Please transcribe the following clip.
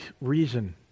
reason